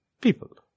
People